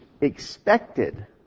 expected